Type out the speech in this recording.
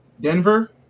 Denver